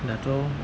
दाथ'